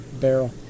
barrel